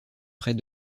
près